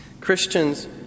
Christians